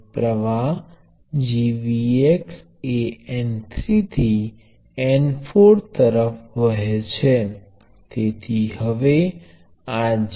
આ પ્રપોર્શનાલિટી અચળાંક ને ઘણી વખત ટ્રાંસ રેઝિસ્ટન્સ તરીકે ઓળખવામા આવે છે